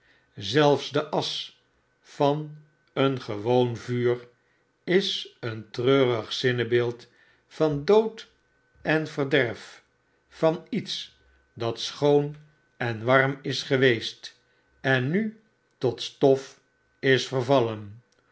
zelfs de asch van een gewoon vuur is een treurig zinnebeeld van dood en verderf van iets dat schoon en warm is geweest en nu tot stof is vervallen